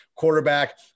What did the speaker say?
Quarterback